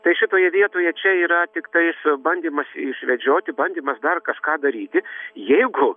tai šitoje vietoje čia yra tiktais bandymais išvedžioti bandymas dar kažką daryti jeigu